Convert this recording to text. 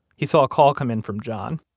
he saw a call come in from john.